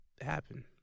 happen